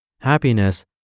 happiness